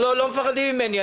לא, לא מפחדים ממני.